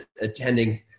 attending